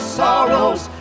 sorrows